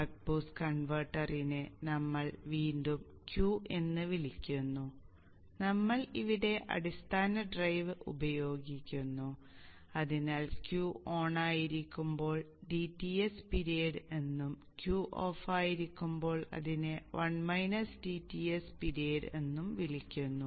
buck boost കൺവെർട്ടറിനെ നമ്മൾ വീണ്ടും Q എന്ന് വിളിക്കുന്നു നമ്മൾ ഇവിടെ അടിസ്ഥാന ഡ്രൈവ് പ്രയോഗിക്കുന്നു അതിനാൽ Q ഓണായിരിക്കുമ്പോൾ dTs പിരീഡ് എന്നും Q ഓഫായിരിക്കുമ്പോൾ അതിനെ 1 dTs പിരീഡ് എന്നും വിളിക്കുന്നു